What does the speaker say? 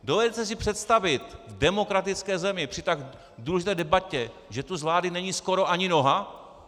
Dovedete si představit v demokratické zemi při tak důležité debatě, že tu z vlády není skoro ani noha?